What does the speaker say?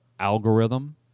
Algorithm